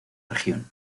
región